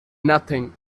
nothing